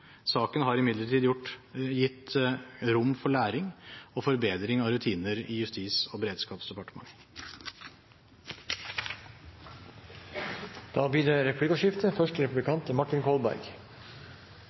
Saken har imidlertid gitt rom for læring og forbedring av rutiner i Justis- og beredskapsdepartementet. Det blir replikkordskifte. Statsminister Solberg er